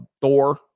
Thor